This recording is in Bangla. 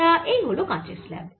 তা এই হল কাঁচের স্ল্যাব